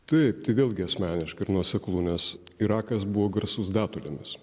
taip tai vėlgi asmeniška ir nuoseklu nes irakas buvo garsus datulėmis